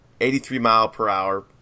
83-mile-per-hour